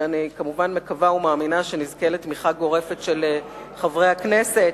ואני כמובן מקווה ומאמינה שנזכה לתמיכה גורפת של חברי הכנסת.